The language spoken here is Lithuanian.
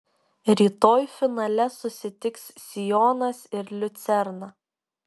rytoj finale susitiks sionas ir liucerna